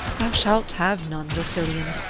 thou shalt have none, rousillon,